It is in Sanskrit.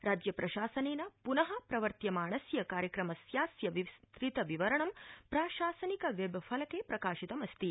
राज्यप्रशासनेन प्न प्रवर्त्यमाणस्य कार्यक्रमस्यास्य विस्तृतविवरणं प्राशासनिक वेबफलके प्रकाशितमस्ति